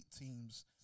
teams